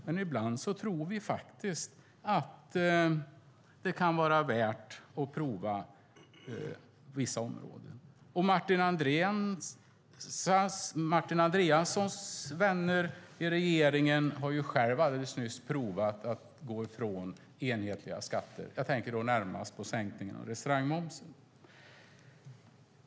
Men ibland tror vi att det kan vara värt att prova att gå ifrån det på olika områden. Martin Andreassons vänner i regeringen har alldeles nyss provat att gå ifrån enhetliga skatter. Jag tänker då närmast på sänkningen av restaurangmomsen.